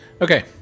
Okay